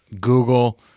Google